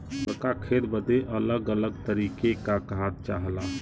बड़्का खेत बदे अलग अलग तरीके का खाद चाहला